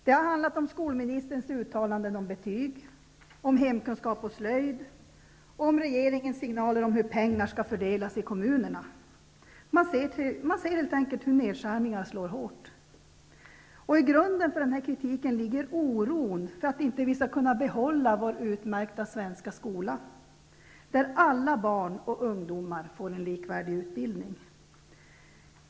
Det har handlat om skolministerns uttalanden om betyg, om hemkunskap och slöjd och om regeringens signaler om hur pengar skall fördelas i kommunerna. Man ser helt enkelt att nedskärningar slår hårt. I grunden för denna kritik ligger oron för att vi inte skall kunna behålla vår utmärkta svenska skola där alla barn och ungdomar får en likvärdig utbildning.